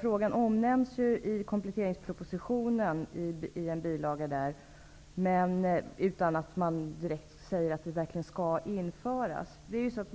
Frågan omnämns i kompletteringspropositionen i en bilaga, men utan att man direkt säger att det verkligen skall införas.